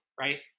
right